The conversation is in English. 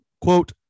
quote